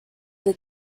the